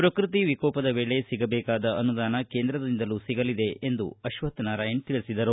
ಪ್ರಕೃತಿ ವಿಕೋಪದ ವೇಳೆ ಸಿಗಬೇಕಾದ ಅನುದಾನ ಕೇಂದ್ರದಿಂದಲೂ ಸಿಗಲಿದೆ ಎಂದು ಅಶ್ವಕ್ಷನಾರಾಯಣ ತಿಳಿಸಿದರು